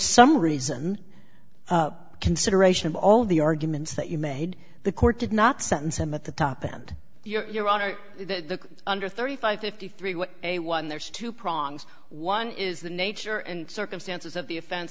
some reason consideration of all the arguments that you made the court did not sentence him at the top and you're on the under thirty five fifty three what a one there's two prongs one is the nature and circumstances of the offen